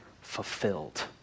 fulfilled